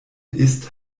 ist